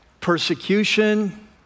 persecution